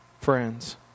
friends